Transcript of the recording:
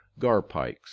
garpikes